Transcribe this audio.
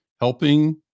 helping